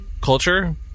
Culture